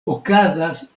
okazas